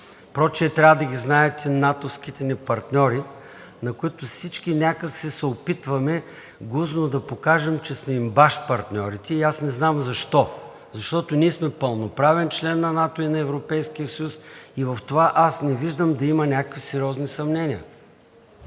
момент. Трябва да ги знаят и натовските ни партньори, на които всички някак си се опитваме гузно да покажем, че сме им баш партньорите, и аз не знам защо. Защото ние сме пълноправен член на НАТО и на Европейския съюз и в това аз не виждам да има някакви сериозни съмнения,